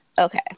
Okay